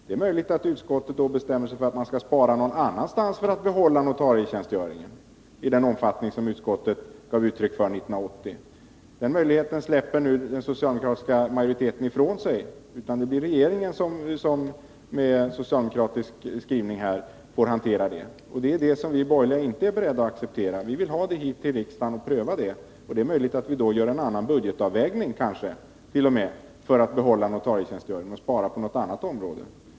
Det är möjligt att utskottet då skulle bestämma sig för att spara någon annanstans, för att behålla notarietjänstgöringen i den omfattning som utskottet uttalade sig för 1980. Den möjligheten släpper nu den socialdemokratiska majoriteten ifrån sig — med den socialdemokratiska skrivningen blir det regeringen som får hantera frågan. Detta är vi borgerliga inte beredda att acceptera — vi vill ha frågan hit till riksdagen och pröva den här. Då är det möjligt att t.o.m. göra en annan budgetavvägning för att behålla notarietjänstgöringen, att vi spar på något annat område.